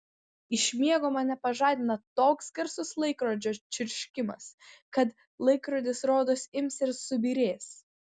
iš miego mane pažadina toks garsus laikrodžio čirškimas kad laikrodis rodos ims ir subyrės